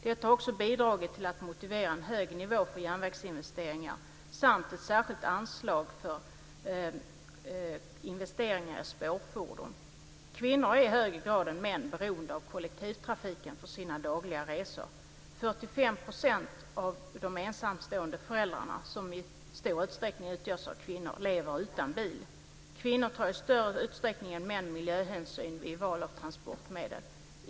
Detta har också bidragit till att motivera en hög nivå för järnvägsinvesteringar samt ett särskilt anslag för investeringar i spårfordon. Kvinnor är i högre grad än män beroende av kollektivtrafiken för sina dagliga resor. 45 % av de ensamstående föräldrarna, som i stor utsträckning utgörs av kvinnor, lever utan bil. Kvinnor tar i större utsträckning än män miljöhänsyn vid val av transportmedel.